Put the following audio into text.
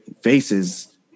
faces